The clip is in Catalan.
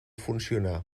funcionar